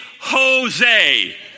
Jose